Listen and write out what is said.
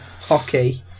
hockey